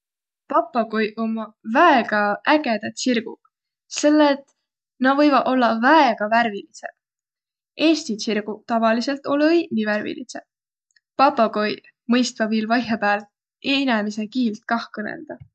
Papagoiq ommaq väega ägedäq tsirguq, selle et nä võivaq ollaq väega värvilidseq. Eesti tsirguq tavalidsõlt olõ-õiq nii värvilidseq. Papagoiq mõistvaq viil vaihõpääl inemise kiilt kah kõnõldaq.